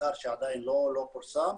מחקר שעדיין לא פורסם,